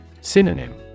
Synonym